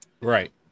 Right